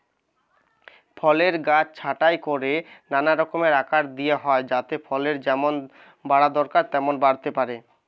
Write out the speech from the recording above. ফলের গাছ ছাঁটাই কোরে নানা রকম আকার দিয়া হয় যাতে ফলের যেমন বাড়া দরকার তেমন বাড়তে পারে